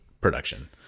production